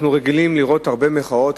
אנחנו רגילים לראות הרבה מחאות,